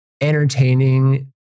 entertaining